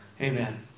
Amen